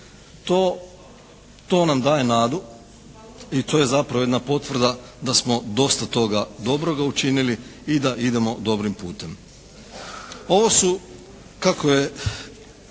To nam daje nadu i to je zapravo jedna potvrda da smo dosta toga dobroga učinili i da idemo dobrim putem.